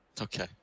Okay